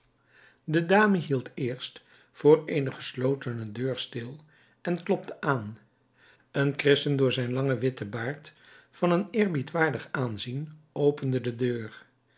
de dame hield eerst voor eene geslotene deur stil en klopte aan een christen door zijn langen witten baard van een eerbiedwaardig aanzien opende de deur